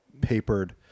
papered